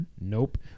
Nope